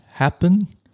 happen